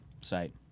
site